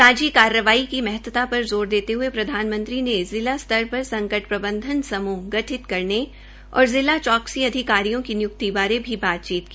सांझी कार्रवाई की महत्ता पर ज़ोर देते हये प्रधानमंत्री ने जिला स्तार पर संकट प्रबंधन समूह गठित करने और जिला चौक्सी अधिकारियों की निय्क्ति बारे बातचीत की